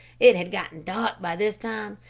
it had gotten dark by this time,